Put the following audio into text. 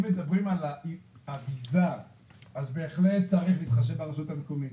אם מדברים על האריזה אז בהחלט צריך להתחשב ברשות המקומית.